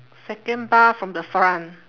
second bar from the front